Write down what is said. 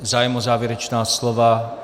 Zájem o závěrečná slova?